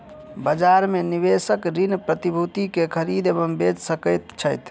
बजार में निवेशक ऋण प्रतिभूति के खरीद एवं बेच सकैत छथि